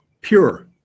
Pure